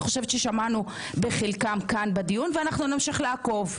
אני חושבת ששמענו כאן בדיון ואנחנו נמשיך לעקוב.